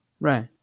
Right